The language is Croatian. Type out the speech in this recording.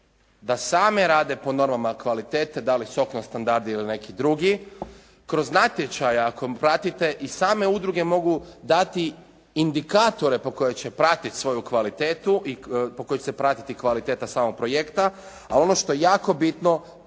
da same rade po normama kvalitete dali "Sokland standard" ili neki drugi. Kroz natječaje ako pratite i same udruge mogu dati indikatore koje će pratiti svoju kvalitetu i po kojoj će se pratiti kvaliteta samog projekata, a ono što je jako bitno,